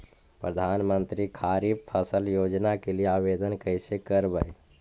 प्रधानमंत्री खारिफ फ़सल योजना के लिए आवेदन कैसे करबइ?